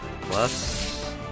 Plus